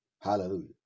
Hallelujah